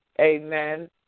Amen